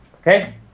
Okay